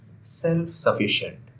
self-sufficient